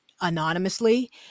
anonymously